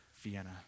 Vienna